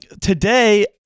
Today